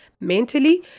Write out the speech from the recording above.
mentally